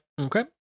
okay